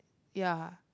ya